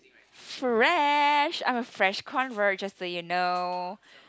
fresh I'm a fresh convert just that you know